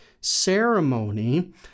ceremony